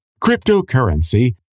cryptocurrency